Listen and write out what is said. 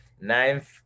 ninth